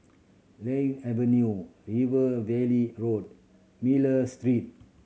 Lily Avenue River Valley Road Miller Street